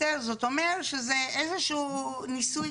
זה אומר שזה איזשהו ניסוי